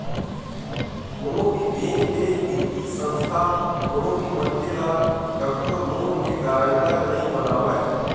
कोनो भी बेंक ते बित्तीय संस्था कोनो भी मनखे ल कखरो लोन के गारंटर नइ बनावय